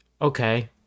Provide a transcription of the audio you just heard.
okay